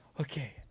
okay